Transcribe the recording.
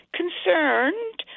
concerned